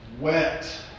wet